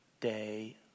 day